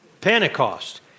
Pentecost